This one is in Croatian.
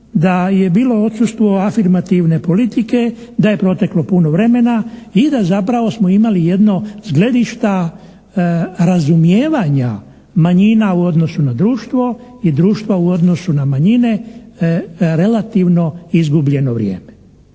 da je bilo odsustvo afirmativne politike, da je proteklo puno vremena i da zapravo smo imali jedno, s gledišta razumijevanja manjina u odnosu na društvo i društva u odnosu na manjine relativno izgubljeno vrijeme.